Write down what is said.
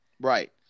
Right